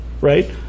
right